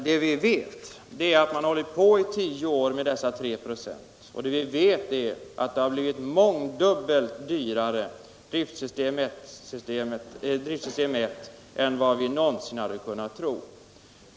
Det vi vet är att man hållit på i tio år med dessa 3 96 och likaså att driftsystem 1 blivit mångdubbelt dyrare än vi någonsin hade kunnat tro.